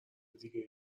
دیگه